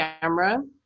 camera